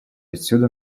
отсюда